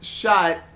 shot